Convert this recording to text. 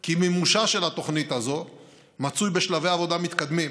כי מימושה של התוכנית הזאת מצוי בשלבי עבודה מתקדמים: